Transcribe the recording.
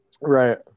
Right